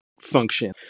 function